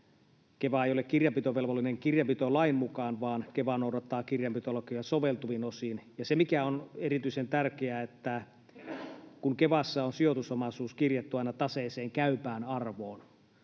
Keva ei ole kirjanpitovelvollinen kirjanpitolain mukaan, vaan Keva noudattaa kirjanpitolakia soveltuvin osin. Ja on erityisen tärkeää, että kun Kevassa on sijoitusomaisuus kirjattu aina taseeseen käypään arvoon